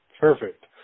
Perfect